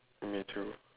me too